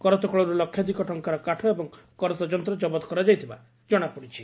କରତକଳରୁ ଲକ୍ଷାଧିକ ଟଙ୍କାର କାଠ ଏବଂ କରତଯନ୍ତ ଜବତ କରାଯାଇଥିବା ଜଶାପଡିଛି